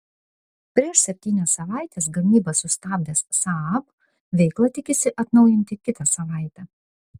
prieš septynias savaites gamybą sustabdęs saab veiklą tikisi atnaujinti kitą savaitę